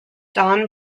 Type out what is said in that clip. don